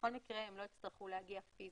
בכל מקרה, הם לא יצטרכו להגיע פיזית.